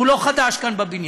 הוא לא חדש כאן בבניין.